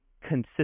consistent